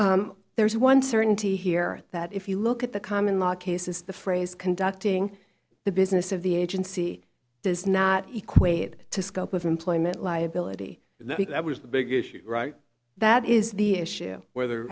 all there is one certainty here that if you look at the common law cases the phrase conducting the business of the agency does not equate to scope of employment liability the big issue right that is the issue whether